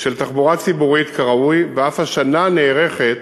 של תחבורה ציבורית כראוי, ואף השנה נערכת